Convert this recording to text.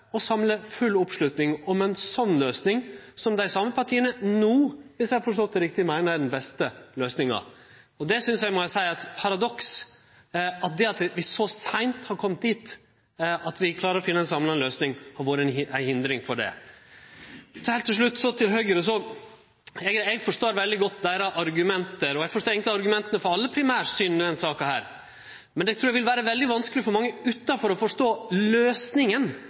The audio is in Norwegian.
å samle full oppslutting om ei sånn løysing som dei same partia no, viss eg har forstått det riktig, meiner er den beste løysinga. Eg må seie eg synest det er eit paradoks at det at vi så seint har kome dit at vi klarer å finne ei samlande løysing, har vore ei hindring for det. Heilt til slutt til Høgre: Eg forstår veldig godt deira argument – eg forstår eigentleg argumenta for alle primærsyna i denne saka – men eg trur det vil vere vanskeleg for mange utanfor å forstå løysinga